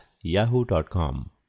yahoo.com